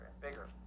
bigger